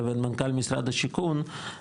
לבין מנכ"ל משרד השיכון,